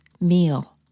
meal